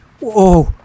Whoa